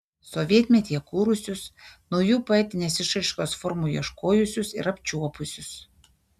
sovietmetyje kūrusius naujų poetinės išraiškos formų ieškojusius ir apčiuopusius